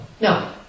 No